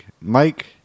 Mike